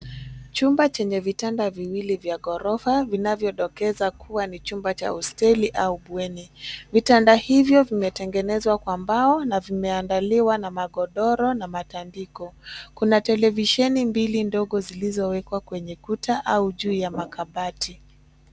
Chumba chenye vitanda viwili vya gorofa vinavyodokeza kuwa ni chumba cha hosteli au bweni. Vitanda hivyo vimetengenezwa kwa mbao na vimeandaliwa na magodoro na matandiko. Kuna televisheni mbili ndogo zilizowekwa kwenye kuta au juu ya makabati.